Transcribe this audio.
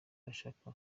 ashaka